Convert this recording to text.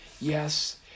Yes